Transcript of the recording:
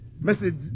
Message